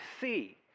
see